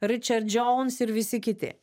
richard jones ir visi kiti